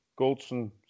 Goldson